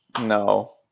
No